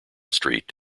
street